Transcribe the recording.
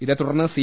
ഇതേ തുടർന്ന് സി